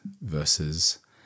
versus